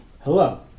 Hello